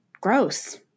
gross